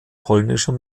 polnischer